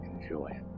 enjoy